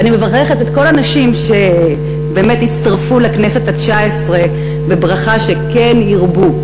ואני מברכת באמת את כל הנשים שהצטרפו לכנסת התשע-עשרה בברכה שכן ירבו.